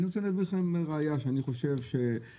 אני רוצה להביא לכם ראיה שאני חושב שיש